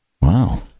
Wow